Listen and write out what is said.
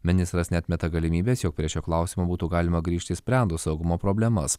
ministras neatmeta galimybės jog prie šio klausimo būtų galima grįžti išsprendus saugumo problemas